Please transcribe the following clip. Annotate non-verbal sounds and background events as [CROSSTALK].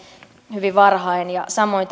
hyvin varhain samoin [UNINTELLIGIBLE]